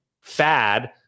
fad